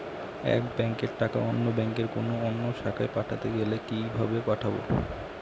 এক ব্যাংকের টাকা অন্য ব্যাংকের কোন অন্য শাখায় পাঠাতে গেলে কিভাবে পাঠাবো?